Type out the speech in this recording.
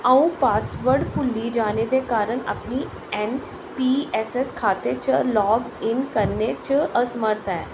अं'ऊ पासवर्ड भुल्ली जाने दे कारण अपनी एन पी एस एस खाते च लाग इन करने च असमर्थ ऐ